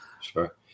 sure